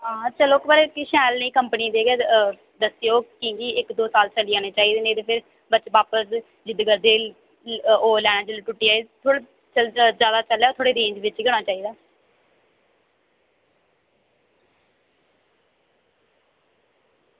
हां पर चलो शैल कंपनी दी गै दस्सेओ की के इक दो साल चली जानी चाहिदी नेईं तां बच्चे बापस जिद्द करदे कि ओह् लैनी जेल्लै टुट्टी जा चलो थोह्ड़ी जैदा रेंज बिच गै औना चाहिदा